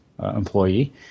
employee